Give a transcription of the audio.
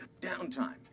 Downtime